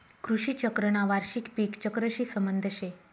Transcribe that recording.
कृषी चक्रना वार्षिक पिक चक्रशी संबंध शे